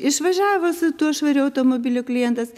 išvažiavo su tuo švariu automobiliu klientas